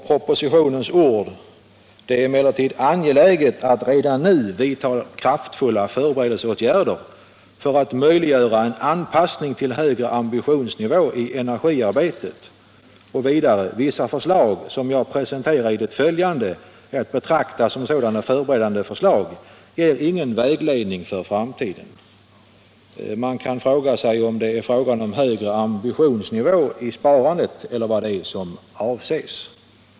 Propositionens ord lyder: ”Det är emellertid angeläget att redan nu vidta kraftfulla förberedelseåtgärder för att möjliggöra en anpassning till högre ambitionsnivåer i energispararbetet. Vissa förslag som jag presenterar i det följande är att betrakta som sådana förberedande åtgärder.” Detta ger emellertid ingen vägledning för framtiden. Man kan fråga sig om det gäller en högre ambitionsnivå i sparandet eller vad det är som avses.